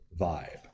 vibe